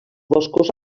boscos